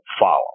follow